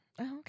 okay